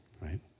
right